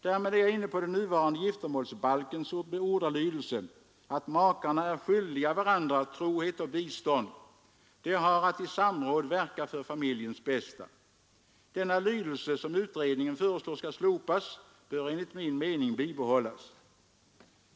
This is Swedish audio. Därmed är jag inne på den nuvarande giftermålsbalkens ordalydelse, att makarna ”äro skyldiga varandra trohet och bistånd; de hava att i samråd verka för familjens bästa”. Denna lydelse, som utredningen föreslår skall slopas, bör enligt min mening bibehållas.